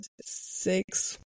six